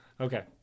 Okay